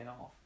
off